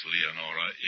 Leonora